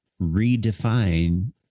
redefine